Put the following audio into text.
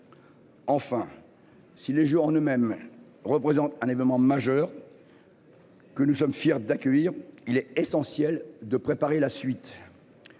Enfin. Si les joueurs en eux-mêmes représente un événement majeur. Que nous sommes fiers d'accueillir. Il est essentiel de préparer la suite.